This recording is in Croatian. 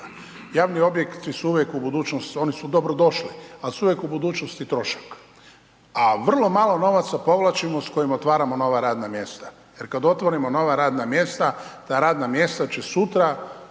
javni objekti su uvijek dobrodošli, ali su uvijek u budućnosti trošak, a vrlo malo novaca povlačimo s kojima otvaramo nova radna mjesta jer kada otvorimo nova radna mjesta ta radna mjesta će sutra